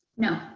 no,